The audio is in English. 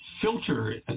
Filter